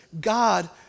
God